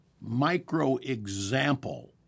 micro-example